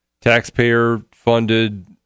taxpayer-funded